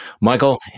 Michael